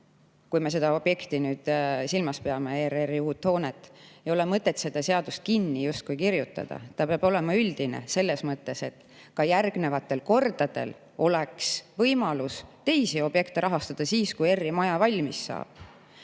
kui me seda objekti nüüd silmas peame, ERR‑i uut hoonet – ei ole mõtet seadust justkui kinni kirjutada. See peab olema üldine selles mõttes, et ka järgnevatel kordadel oleks võimalus teisi objekte rahastada, siis, kui ERR‑i maja valmis saab.